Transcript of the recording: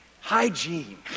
hygiene